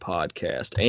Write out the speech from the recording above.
Podcast